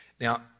Now